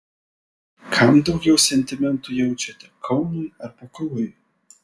kam daugiau sentimentų jaučiate kaunui ar pakruojui